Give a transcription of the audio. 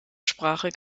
sprache